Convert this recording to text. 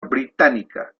británica